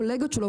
קולגות שלו,